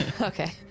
Okay